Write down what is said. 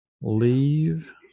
Leave